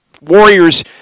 Warriors